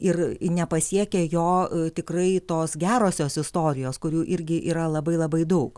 ir ir nepasiekia jo tikrai tos gerosios istorijos kurių irgi yra labai labai daug